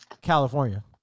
California